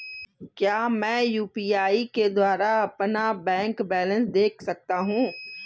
क्या मैं यू.पी.आई के द्वारा अपना बैंक बैलेंस देख सकता हूँ?